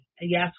Yes